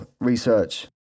research